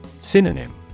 Synonym